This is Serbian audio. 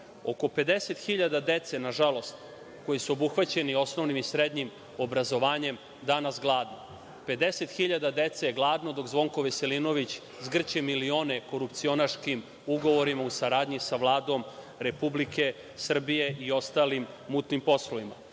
50.000 dece, nažalost, koji su obuhvaćeni osnovnim i srednjim obrazovanjem, je danas gladno. Pedeset hiljada dece je gladno dok Zvonko Veselinović zgrće milione korupcionaškim ugovorima u saradnji sa Vladom Republike Srbije i ostalim mutnim poslovima. To